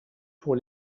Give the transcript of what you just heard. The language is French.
pour